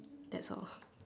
that's all